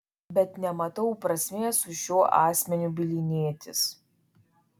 bet nematau prasmės su šiuo asmeniu bylinėtis